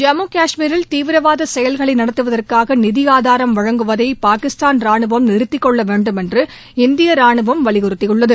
ஜம்மு கஷ்மீரில் தீவிரவாத செயல்களை நடத்துவதற்காக நிதி ஆதாரம் வழங்குவதை பாகிஸ்தான் ராணுவம் நிறுத்திக் கொள்ள வேண்டுமென்று இந்திய ராணுவம் வலியுறுத்தியுள்ளது